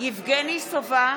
יבגני סובה,